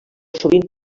sovint